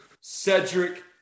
Cedric